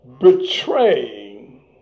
betraying